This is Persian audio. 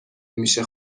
میشه